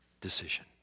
decision